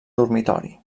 dormitori